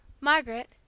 margaret